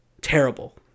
terrible